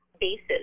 bases